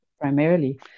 Primarily